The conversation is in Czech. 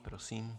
Prosím.